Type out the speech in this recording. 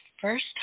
first